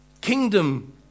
Kingdom